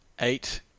eight